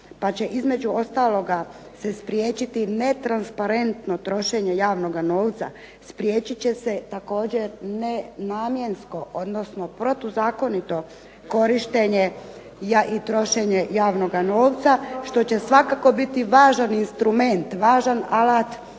pa će između ostaloga se spriječiti netransparentno trošenje javnog novaca. Spriječit će se nenamjensko odnosno protuzakonito korištenje i trošenje javnog novca, što će svakako bit važan instrument, važan alat u rukama